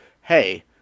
hey